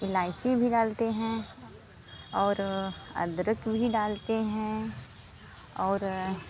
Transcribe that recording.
इलायची भी डालते हैं और अदरक भी डालते हैं और